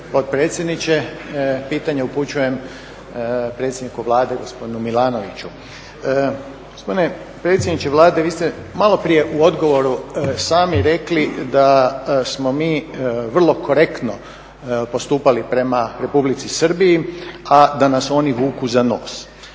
potpredsjedniče. Pitanje upućujem predsjedniku Vlade, gospodinu Milanoviću. Gospodine predsjedniče Vlade, vi ste malo prije u odgovoru sami rekli da smo mi vrlo korektno postupali prema Republici Srbiji, a da nas oni vuku za nos.